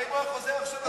הוא היה מצביע עבורו?